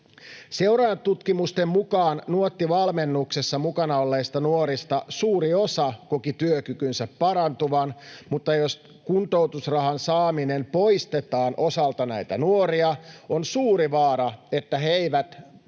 Seurantatutkimusten mukaan Nuotti-valmennuksessa mukana olleista nuorista suuri osa koki työkykynsä parantuvan, mutta jos kuntoutusrahan saaminen poistetaan osalta näistä nuorista, on suuri vaara, että he eivät hakeudu